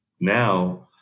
now